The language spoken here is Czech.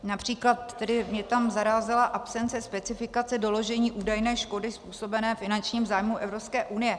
Například mě tam zarazila absence specifikace doložení údajné škody způsobené finančním zájmům Evropské unie.